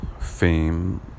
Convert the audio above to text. fame